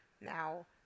now